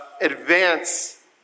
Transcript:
advance